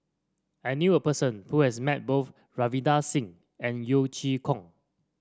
I knew a person who has met both Ravinder Singh and Yeo Chee Kiong